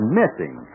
missing